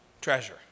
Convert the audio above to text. treasure